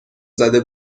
زده